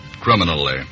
criminally